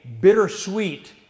bittersweet